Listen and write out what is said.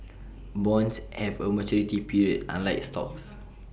bonds have A maturity period unlike stocks